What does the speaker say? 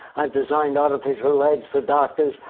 i've designed artificial legs for doctors,